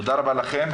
תודה רבה לכם.